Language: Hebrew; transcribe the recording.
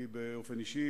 לי באופן אישי,